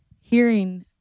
hearing